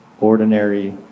ordinary